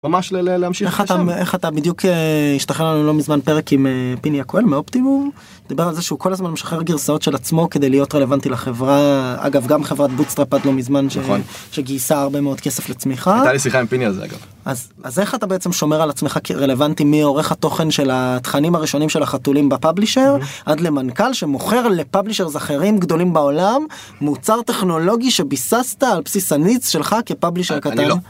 ממש ל... ל... להמשיך עכשיו. איך אתה בדיוק... השתחרר לנו לא מזמן פרק עם פיני הכוהן מאופטימום, דיבר על זה שהוא כל הזמן משחרר גרסאות של עצמו כדי להיות רלוונטי לחברה... אגב גם חברת בוט סטראפס, לא מזמן, שגייסה הרבה מאוד כסף לצמיחה. היתה לי שיחה על זה עם פיני, אגב. אז איך אתה בעצם שומר על עצמך כרלוונטי מעורך התוכן של התכנים הראשונים של החתולים בפבלישר, עד למנכ"ל שמוכר לפבלישר זכרים גדולים בעולם, מוצר טכנולוגי שביססת על בסיס הניץ שלך כפבלישר קטן?